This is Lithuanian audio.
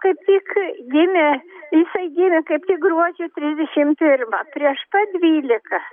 kaip tik gimė jisai gimė kaip tik gruodžio trisdešim pirmą prieš pat dvylika